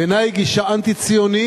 בעיני היא גישה אנטי-ציונית